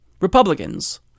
Republicans